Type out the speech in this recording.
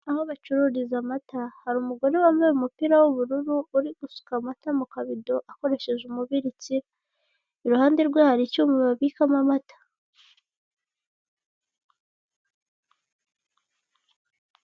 Aho bacururiza amata hari umugore wambaye umupira w'ubururu uri gusuka amata, mu kabido akoresheje umurikira, iruhande rwe hari icyuma babikamo amata.